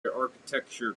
architecture